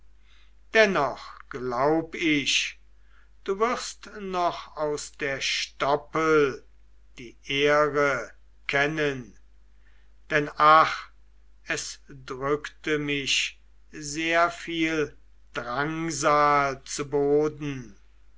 dennoch glaub ich du wirst noch aus der stoppel die ähre kennen denn ach es drückte mich sehr viel drangsal zu boden